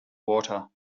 water